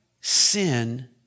sin